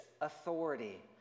authority